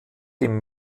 dem